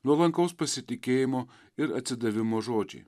nuolankaus pasitikėjimo ir atsidavimo žodžiai